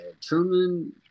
Truman